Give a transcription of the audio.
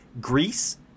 Greece